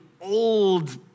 old